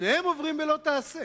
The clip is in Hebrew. שניהם עוברים בלא תעשה,